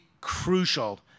crucial